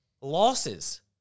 losses